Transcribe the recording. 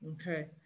Okay